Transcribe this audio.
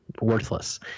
worthless